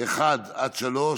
1 3,